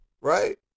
right